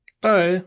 Bye